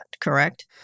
correct